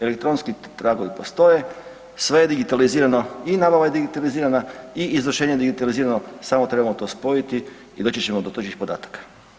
Elektronski tragovi postoje, sve je digitalizirano i nabava je digitalizirana i izvršenje digitalizirano, samo trebamo to spojiti i doći ćemo do točnih podataka.